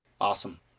Awesome